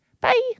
Bye